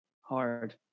hard